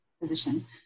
position